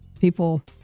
people